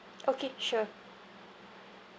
okay sure